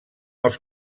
els